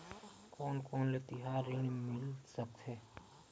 कोन कोन ले तिहार ऋण मिल सकथे?